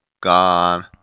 gone